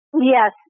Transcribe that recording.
Yes